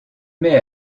met